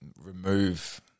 remove